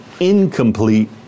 incomplete